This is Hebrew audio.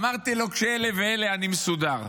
אמרתי לו: כשאלה ואלה, אני מסודר.